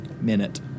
minute